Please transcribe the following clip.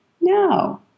No